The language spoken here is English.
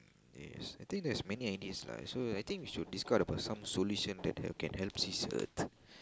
yes I think there's many ideas lah so I think you should discuss about some solution that h~ can help save earth